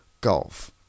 Golf